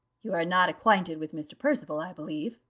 you are not acquainted with mr. percival, i believe,